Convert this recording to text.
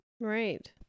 Right